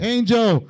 Angel